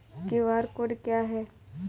QR code क्या है?